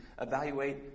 evaluate